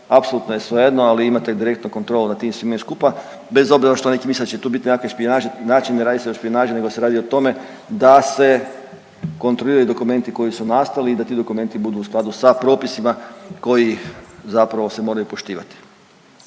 apsolutno je svejedno, ali imate direktno kontrole nad tim svime skupa bez obzira što neki misle da će tu biti nekakve špijunaže, znači ne radi se o špijunaži nego se radi o tome da se kontroliraju dokumenti koji su nastali i da ti dokumenti budu u skladu sa propisima koji zapravo se moraju poštivati,